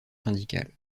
syndical